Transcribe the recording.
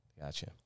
Gotcha